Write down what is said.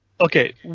okay